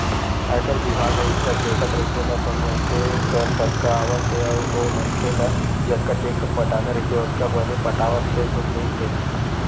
आयकर बिभाग ह इही सब देखत रहिथे ना कोन मनखे कर कतका आवक हे अउ ओ मनखे ल जतका टेक्स पटाना रहिथे ओतका बने पटावत हे धुन नइ ते